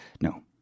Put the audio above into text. No